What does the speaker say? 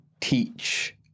teach